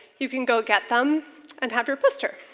you can go get them and have your poster.